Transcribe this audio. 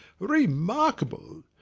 remarkable!